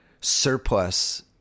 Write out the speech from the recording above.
surplus